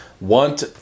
want